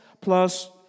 plus